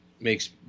makes